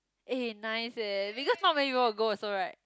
eh nice eh because not many people will go also right